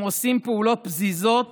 הם עושים פעולות פזיזות